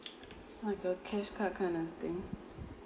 it's like a cash card kind of thing